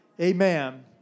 Amen